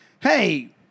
Hey